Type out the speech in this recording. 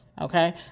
Okay